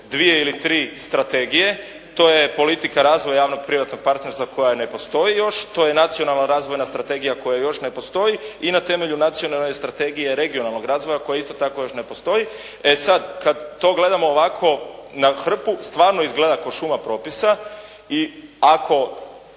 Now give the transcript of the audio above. dvije ili tri strategije, to je politika razvoja javno-privatnog partnerstva koja ne postoji još, to je nacionalna razvojna strategija koja još ne postoji i na temelju nacionalne strategije regionalnog razvoja koja isto tako još ne postoji. E sad, kad to gledamo ovako na hrpu, stvarno izgleda ko' šuma propisa i ako